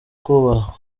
kubahwa